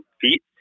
feet